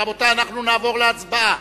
רבותי, אנחנו נעבור להצבעה.